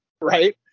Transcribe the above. Right